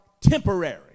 temporary